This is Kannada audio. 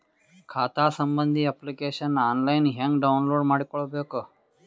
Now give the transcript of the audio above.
ಖಾತಾ ಸಂಬಂಧಿ ಅಪ್ಲಿಕೇಶನ್ ಆನ್ಲೈನ್ ಹೆಂಗ್ ಡೌನ್ಲೋಡ್ ಮಾಡಿಕೊಳ್ಳಬೇಕು?